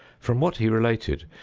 from what he related,